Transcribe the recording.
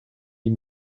die